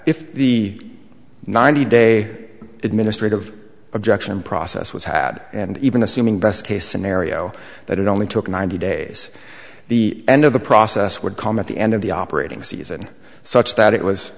if the ninety day administrative objection process was had and even assuming best case scenario that it only took ninety days the end of the process would come at the end of the operating season such that it was